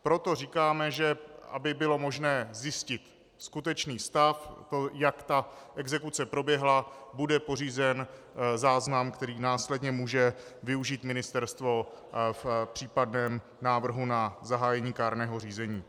Proto říkáme, aby bylo možné zjistit skutečný stav, jak ta exekuce proběhla, že bude pořízen záznam, který následně může využít ministerstvo v případném návrhu na zahájení kárného řízení.